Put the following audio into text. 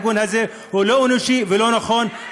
התיקון הזה הוא לא אנושי ולא נכון,